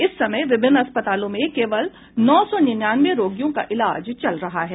इस समय विभिन्न अस्पतालों में केवल नौ सौ निन्यानवे रोगियों का इलाज चल रहा है